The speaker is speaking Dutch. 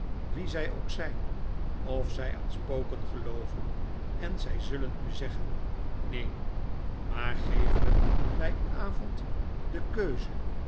wie zy ook zjn of zy aan spoken gelooven en zy zullen u zeggen neen maar geef hun by avond de keus